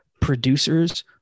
producers